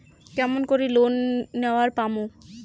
কেমন করি লোন নেওয়ার পামু?